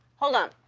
hold on.